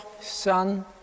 Son